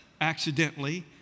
accidentally